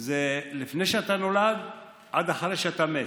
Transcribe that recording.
זה לפני שאתה נולד עד אחרי שאתה מת,